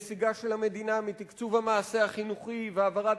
נסיגה של המדינה מתקצוב המעשה החינוכי והעברת